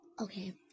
Okay